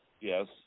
Yes